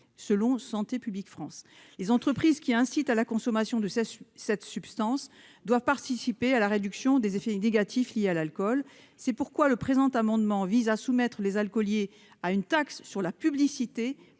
selon Santé publique France. Les entreprises qui incitent à la consommation de cette substance doivent participer à la réduction des effets négatifs liés à l'alcool. C'est pourquoi cet amendement vise à soumettre les alcooliers à une taxe sur la publicité